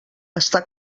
està